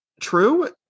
true